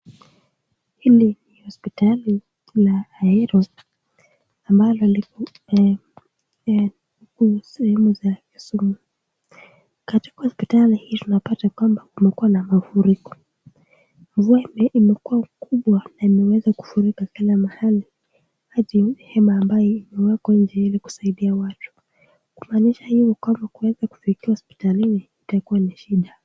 Hili ni hospitali la Cairo. Ambalo liko sehemu za kusini. Katika hospitali hii tunapata kwamba kumekuwa na mafuriko. Mvua imekuwa kubwa na imeweza kufurika kila mahali. Hadi hema ambayo imewekwa nje ili kusaidia watu. Kumaanisha hiyo kwamba kuweza kufikia hospitalini itakuwa ni shida.